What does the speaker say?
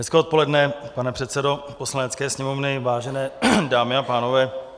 Hezké odpoledne, pane předsedo Poslanecké sněmovny, vážené dámy a pánové.